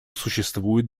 существуют